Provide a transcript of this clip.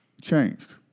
changed